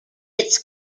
its